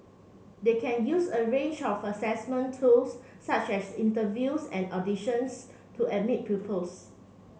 they can use a range of assessment tools such as interviews and auditions to admit pupils